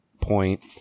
point